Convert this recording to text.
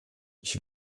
ich